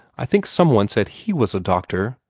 i think some one said he was a doctor.